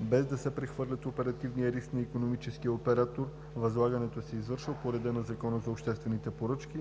без да се прехвърля оперативният риск на икономическия оператор, възлагането се извършва по реда на Закона за обществените поръчки.